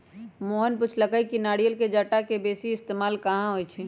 मोहन पुछलई कि नारियल के जट्टा के बेसी इस्तेमाल कहा होई छई